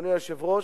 אדוני היושב-ראש,